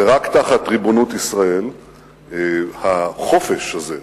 ורק תחת ריבונות ישראל החופש הזה,